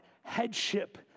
headship